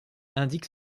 indique